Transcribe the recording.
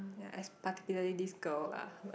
ya it's particularly this girl lah who